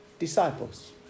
Disciples